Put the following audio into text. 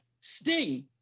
Sting